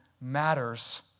matters